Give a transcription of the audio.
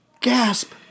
Gasp